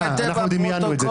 אנחנו דמיינו את זה.